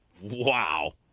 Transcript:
Wow